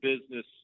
business